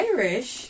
Irish